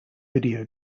video